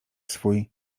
swój